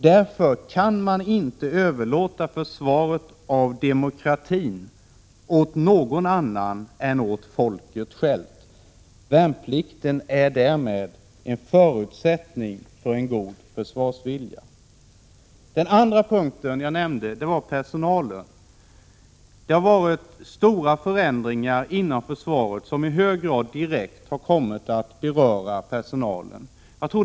Därför kan man inte överlåta försvaret av demokratin åt någon annan än folket självt. Värnplikten är därmed en förutsättning för en god försvarsvilja. Jag nämnde också personalen. Det har varit stora förändringar inom försvaret, som direkt har kommit att i hög grad beröra personalen.